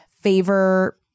Favor